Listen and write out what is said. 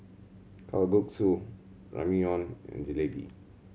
Kalguksu Ramyeon and Jalebi